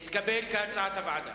התקבל כהצעת הוועדה.